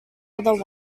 other